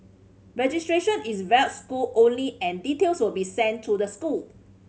registration is via school only and details will be sent to the school